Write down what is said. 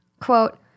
Quote